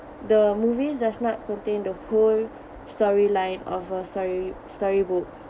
the movies does not contain the whole story line of a story storybook